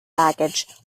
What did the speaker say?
baggage